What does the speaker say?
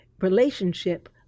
relationship